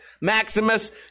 maximus